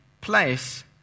place